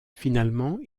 finalement